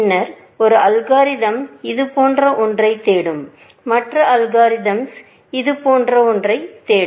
பின்னர் ஒரு அல்காரிதம் இது போன்ற ஒன்றை தேடும் மற்ற அல்காரிதம்ஸ் இது போன்ற ஒன்றை தேடும்